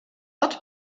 ort